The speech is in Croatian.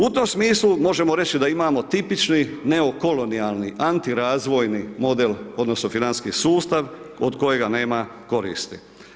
U tom smislu možemo reći da imamo tipični neokolonijalni antirazvojni model odnosno financijski sustav od kojega nema koristi.